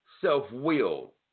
self-will